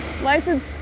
License